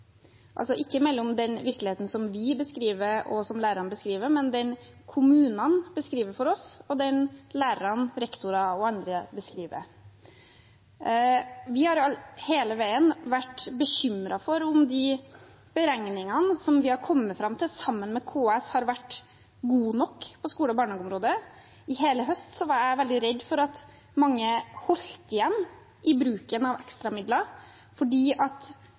altså ikke mellom den virkeligheten vi beskriver, og den lærerne beskriver, men mellom den kommunene beskriver for oss, og den lærere, rektorer og andre beskriver. Vi har hele veien vært bekymret for om de beregningene vi har kommet fram til sammen med KS, har vært gode nok på området skole og barnehage. I hele høst var jeg veldig redd for at mange holdt igjen i bruken av ekstramidler, fordi